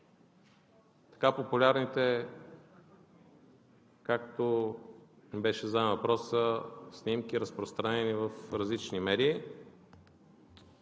така популярните, както беше зададен въпросът, снимки, разпространени в различни медии.